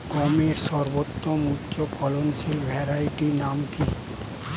গমের সর্বোত্তম উচ্চফলনশীল ভ্যারাইটি নাম কি?